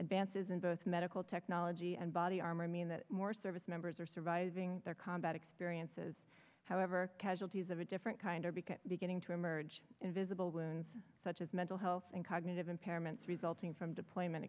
advances in both medical technology and body armor mean that more service members are surviving their combat experiences however casualties of a different kind are because beginning to emerge invisible wounds such as mental health and cognitive impairments resulting from deployment